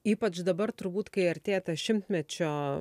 ypač dabar turbūt kai artėja ta šimtmečio